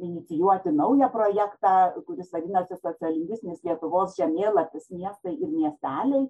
inicijuoti naują projektą kuris vadinosi sociolingvistinis lietuvos žemėlapis miestai ir miesteliai